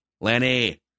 Lenny